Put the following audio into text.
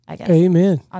amen